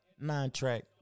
nine-track